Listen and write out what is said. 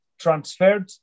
transferred